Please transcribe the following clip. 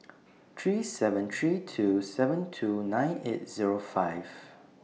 three seven three two seven two nine eight Zero five